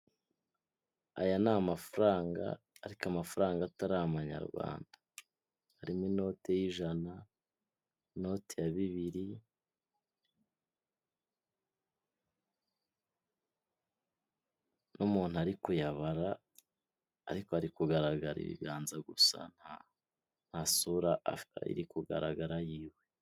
Aya ni amafaranga, ariko amafaranga atari amanyarwanda. Harimo inote y'ijana, inote ya bibiri, n'umuntu ari kuyabara, ariko aragaragara ibiganza gusa, nta sura iri kugaragara yiwe.